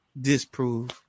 disprove